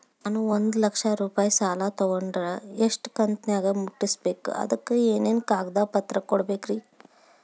ನಾನು ಒಂದು ಲಕ್ಷ ರೂಪಾಯಿ ಸಾಲಾ ತೊಗಂಡರ ಎಷ್ಟ ಕಂತಿನ್ಯಾಗ ಮುಟ್ಟಸ್ಬೇಕ್, ಅದಕ್ ಏನೇನ್ ಕಾಗದ ಪತ್ರ ಕೊಡಬೇಕ್ರಿ?